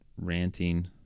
ranting